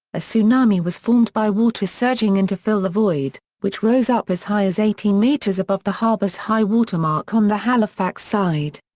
a tsunami was formed by water surging in to fill the void, which rose up as high as eighteen metres above the harbour's high-water mark on the halifax side.